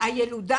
הילודה